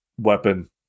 weapon